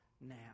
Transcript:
now